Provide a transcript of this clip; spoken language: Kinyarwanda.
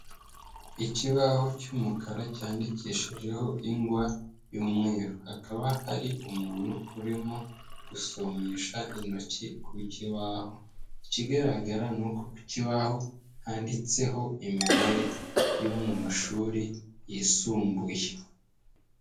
Ikibaho cy'umukara cyandikishijeho ingwa y'umweru. Hakaba hari umuntu urimo gusomesha intoki ku kibaho. Ikigaragara nuko ku kibaho handitseho imibare yo mu mashuri yisumbuye.